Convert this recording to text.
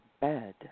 bed